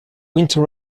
winter